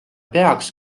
peaks